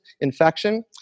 infection